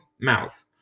mouth